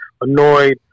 annoyed